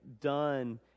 done